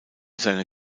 seiner